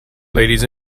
ladies